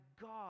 God